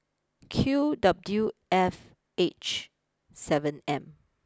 Q W F H seven M